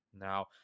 now